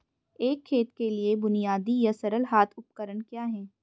एक खेत के लिए बुनियादी या सरल हाथ उपकरण क्या हैं?